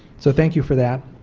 so thank you for that.